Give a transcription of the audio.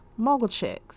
mogulchicks